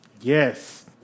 yes